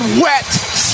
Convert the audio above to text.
wet